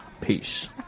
Peace